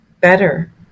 better